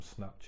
Snapchat